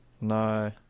No